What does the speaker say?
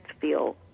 feel